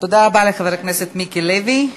תודה רבה לחבר הכנסת מיקי לוי.